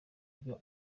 byo